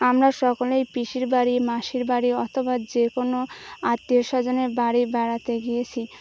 আমরা সকলেই পিসির বাড়ি মাসির বাড়ি অথবা যে কোনো আত্মীয় স্বজনের বাড়ি বেড়াতে গিয়েছি